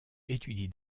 étudie